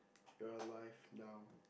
your life now